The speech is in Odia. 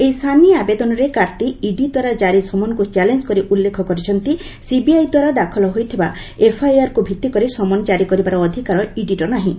ଏହି ସାନି ଆବେଦନରେ କାର୍ତ୍ତି ଇଡିଦ୍ୱାରା କାରି ସମନ୍କୁ ଚ୍ୟାଲେଞ୍ କରି ଉଲ୍ଲେଖ କରିଛନ୍ତି ସିବିଆଇଦ୍ୱାରା ଦାଖଲ ହୋଇଥିବା ଏଫ୍ଆଇଆର୍କୁ ଭିତ୍ତିକରି ସମନ୍ ଜାରି କରିବାର ଅଧିକାର ଇଡିର ନାହିଁ